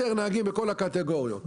חסרים נהגים בכל הקטגוריות.